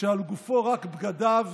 כשעל גופו רק בגדיו,